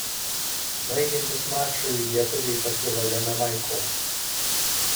baigiantis mačui lietuviai pakilo lemiamai kovai